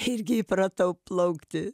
irgi įpratau plaukti